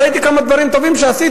ראיתי כמה דברים טובים שעשית.